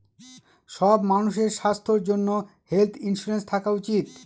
সব মানুষের স্বাস্থ্যর জন্য হেলথ ইন্সুরেন্স থাকা উচিত